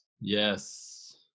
Yes